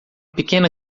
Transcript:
pequena